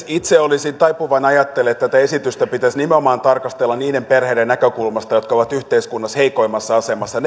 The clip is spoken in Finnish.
itse olisin taipuvainen ajattelemaan että tätä esitystä pitäisi tarkastella nimenomaan niiden perheiden näkökulmasta jotka ovat yhteiskunnassa heikoimmassa asemassa